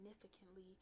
significantly